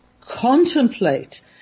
contemplate